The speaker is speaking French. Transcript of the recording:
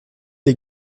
les